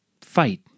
fight